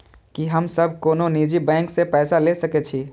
की हम सब कोनो निजी बैंक से पैसा ले सके छी?